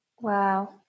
Wow